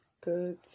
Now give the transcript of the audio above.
Good